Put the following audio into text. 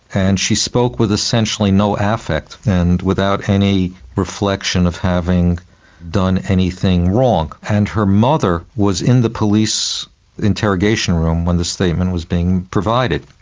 and she spoke with essentially no affect and without any reflection of having done anything wrong. and her mother was in the police interrogation room when this statement was being provided.